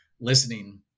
listening